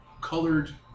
colored